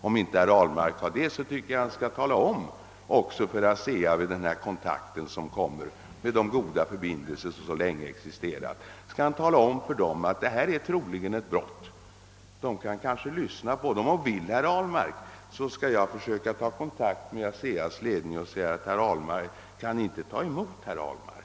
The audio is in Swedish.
Om inte herr Ahlmark har detta förtroende, tycker jag att han vid den kontakt som kommer att tas, med de goda förbindelser som ännu existerar, också skall tala om för ASEA att företagets medverkan troligen är ett brott. Det kan hända att ASEA:s företrädare lyssnar till herr Ahlmark. Men om herr Ahlmark så önskar, skall jag själv ta kontakt med ASEA:s ledning och säga att herr Ahlmark vill komma på besök.